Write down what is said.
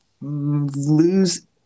lose